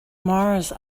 mars